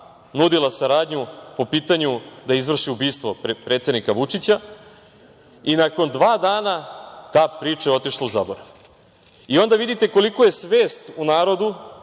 nudila saradnju po pitanju da izvrši ubistvo predsednika Vučića. Nakon dva dana ta priča je otišla u zaborav. Onda vidite koliko je svest u narodu